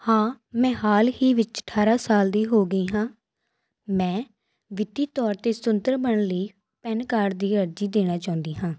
ਹਾਂ ਮੈਂ ਹਾਲ ਹੀ ਵਿੱਚ ਅਠਾਰ੍ਹਾਂ ਸਾਲ ਦੀ ਹੋ ਗਈ ਹਾਂ ਮੈਂ ਵਿੱਤੀ ਤੌਰ 'ਤੇ ਸੁਤੰਤਰ ਬਣਨ ਲਈ ਪੈਨ ਕਾਰਡ ਦੀ ਅਰਜ਼ੀ ਦੇਣਾ ਚਾਹੁੰਦੀ ਹਾਂ